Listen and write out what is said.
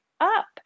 up